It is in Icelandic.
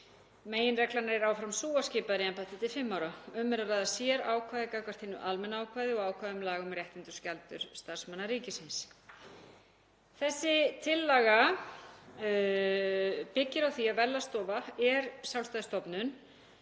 Meginreglan verður áfram sú að skipað er í embætti til fimm ára. Um er að ræða sérákvæði gagnvart hinu almenna ákvæði og ákvæðum laga um réttindi og skyldur starfsmanna ríkisins. Þessi tillaga byggir á því að Verðlagsstofa er sjálfstæð stofnun.